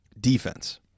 defense